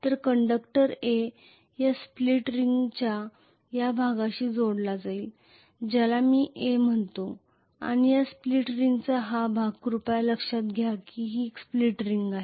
तर conductor A या split रिंगच्या या भागाशी जोडला जाईल ज्याला मी A म्हणतो आणि या स्प्लिट रिंगचा हा भाग कृपया लक्षात घ्या की ही स्प्लिट रिंग आहे